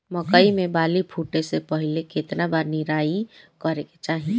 मकई मे बाली फूटे से पहिले केतना बार निराई करे के चाही?